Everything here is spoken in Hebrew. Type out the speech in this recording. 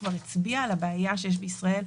והוא כבר הצביע על הבעיה שיש בישראל,